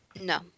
No